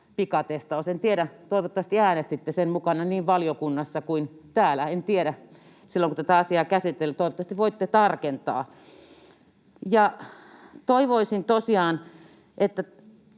pikatestausta. — En tiedä, toivottavasti äänestitte sen mukana niin valiokunnassa kuin täällä, silloin kun tätä asiaa käsiteltiin. Toivottavasti voitte tarkentaa. Toivoisin tosiaan, että